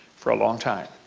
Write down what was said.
for a long time.